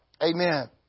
Amen